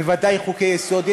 בוודאי חוקי-יסוד,